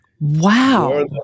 wow